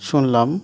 শুনলাম